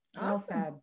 Awesome